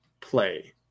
play